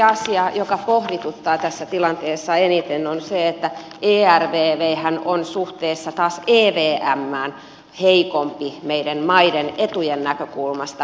asia joka pohdituttaa tässä tilanteessa eniten on se että ervvhän on suhteessa taas evmään heikompi meidän maiden etujen näkökulmasta